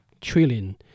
trillion